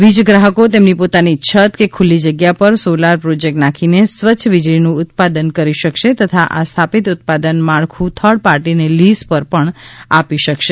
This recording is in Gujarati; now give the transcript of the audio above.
વીજ ગ્રાહકો તેમની પોતાની છત કે ખુલ્લી જગ્યા પર સોલર પ્રોજેક્ટ્ નાંખીને સ્વચ્છ વીજળીનું ઉત્પાંદન કરી શકશે તથા આ સ્થાપિત ઉત્પાદન માળખું થર્ડ પાર્ટીને લીઝ પર પણ આપી શકશે